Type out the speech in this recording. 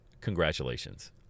congratulations